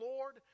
Lord